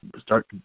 start